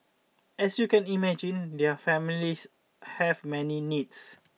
as you can imagine their families have many needs